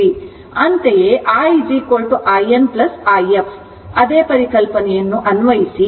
ಅಂತೆಯೇ i in i f ಅದೇ ಪರಿಕಲ್ಪನೆಯನ್ನು ಅನ್ವಯಿಸಿ